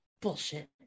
Bullshit